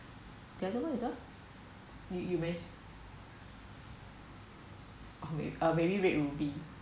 the other one is what you you men~ uh maybe red ruby